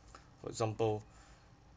for example